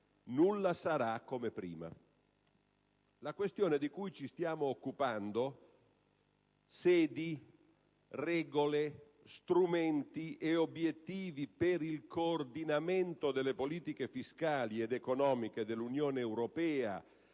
nulla sarà come prima. La questione di cui ci stiamo occupando, vale a dire sedi, regole, strumenti e obiettivi per il coordinamento delle politiche fiscali ed economiche dell'Unione europea